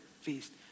feast